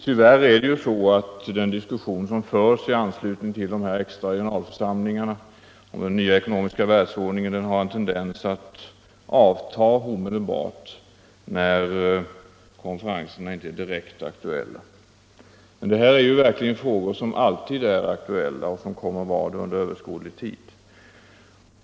Tyvärr är det så att den diskussion som förs i anslutning till de extra generalförsamlingarna om den nya ekonomiska världsordningen har en tendens att avta omedelbart när konferenserna inte är direkt aktuella. Men dessa utvecklingsfrågor är verkligen alltid aktuella och kommer att vara det under överskådlig tid.